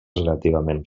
relativament